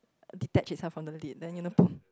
detach itself from lid then you know poom